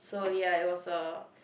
so ya it was a